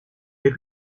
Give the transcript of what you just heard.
est